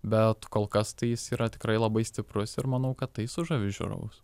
bet kol kas tai jis yra tikrai labai stiprus ir manau kad tai sužavi žiūrovus